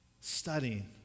studying